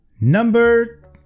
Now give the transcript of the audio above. Number